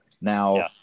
Now